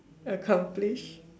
accomplish